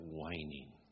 whining